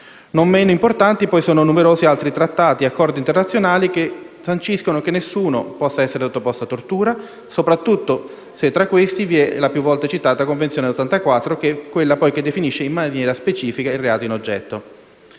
Non meno importanti, poi, sono i numerosi trattati e accordi internazionali che sanciscono che nessuno possa essere sottoposto a tortura, soprattutto se tra questi vi è la più volte citata Convenzione del 1984, che è quella che definisce, in maniera specifica, il reato in oggetto.